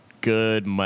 good